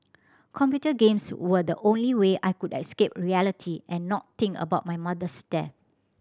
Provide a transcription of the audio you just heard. computer games were the only way I could escape reality and not think about my mother's death